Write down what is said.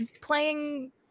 playing